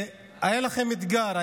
היה לכם אתגר,